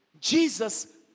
Jesus